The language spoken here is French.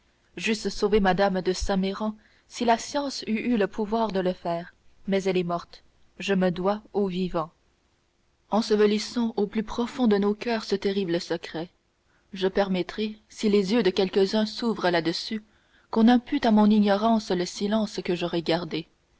j'eusse sauvé mme de saint méran si la science eût eu le pouvoir de le faire mais elle est morte je me dois aux vivants ensevelissons au plus profond de nos coeurs ce terrible secret je permettrai si les yeux de quelques-uns s'ouvrent là-dessus qu'on impute à mon ignorance le silence que j'aurai gardé